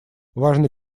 важный